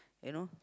you know